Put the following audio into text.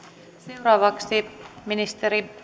seuraavaksi ministeri